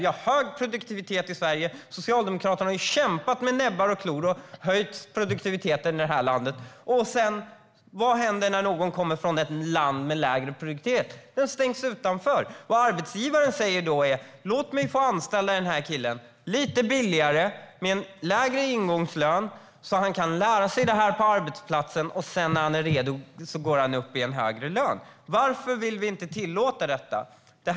Vi har hög produktivitet i Sverige; Socialdemokraterna har ju kämpat med näbbar och klor och höjt produktiviteten i det här landet. Vad händer sedan när någon kommer från ett land med lägre produktivitet? Jo, den stängs ute. Vad arbetsgivaren då säger är: Låt mig anställa den här killen lite billigare, med en lägre ingångslön, så att han kan lära sig detta på arbetsplatsen och sedan - när han är redo - gå upp i en högre lön. Varför vill ni inte tillåta detta?